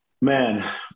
Man